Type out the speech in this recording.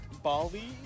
Bali